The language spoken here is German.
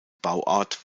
bauart